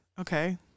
Okay